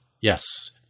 Yes